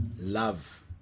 love